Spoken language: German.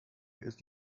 ist